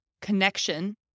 connection